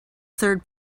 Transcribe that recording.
third